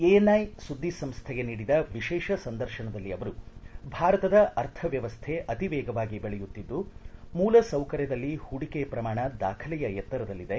ANI ಸುದ್ವಿಸಂಸೈಗೆ ನೀಡಿದ ವಿಶೇಷ ಸಂದರ್ಶನದಲ್ಲಿ ಅವರು ಭಾರತದ ಅರ್ಥ ವ್ಯವಸೈ ಅತಿ ವೇಗವಾಗಿ ಬೆಳೆಯುತ್ತಿದ್ದು ಮೂಲಸೌಕರ್ಯದಲ್ಲಿ ಹೂಡಿಕೆ ಪ್ರಮಾಣ ದಾಖಲೆಯ ಎತ್ತರದಲ್ಲಿದೆ